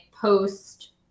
post